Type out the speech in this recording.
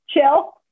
chill